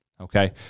Okay